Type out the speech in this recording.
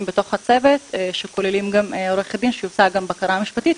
בתוך הצוות שכוללים גם עורכת דין שעושה גם בקרה משפטית,